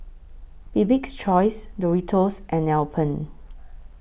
Bibik's Choice Doritos and Alpen